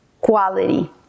quality